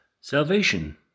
Salvation